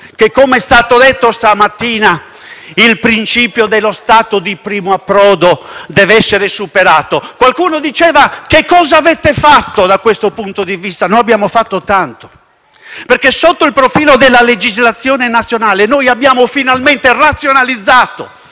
che, come è stato detto stamattina, il principio dello Stato di primo approdo deve essere superato. Qualcuno si chiedeva che cosa abbiamo fatto da questo punto di vista: abbiamo fatto tanto, perché sotto il profilo della legislazione nazionale, abbiamo finalmente razionalizzato,